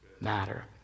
matter